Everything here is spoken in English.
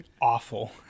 awful